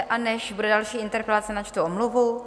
A než bude další interpelace, načtu omluvu.